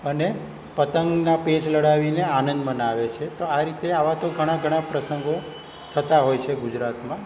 અને પતંગના પેચ લડાવીને આનંદ મનાવે છે તો આ રીતે આવા તો ઘણાં ઘણાં પ્રસંગો થતાં હોય છે ગુજરાતમાં